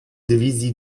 dywizji